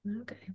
Okay